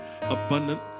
Abundant